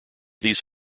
these